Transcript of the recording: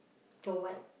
for what